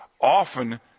often